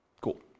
Cool